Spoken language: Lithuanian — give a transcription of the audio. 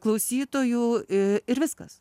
klausytojų ir viskas